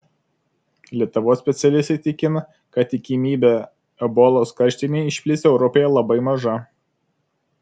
lietuvos specialistai tikina kad tikimybė ebolos karštinei išplisti europoje labai maža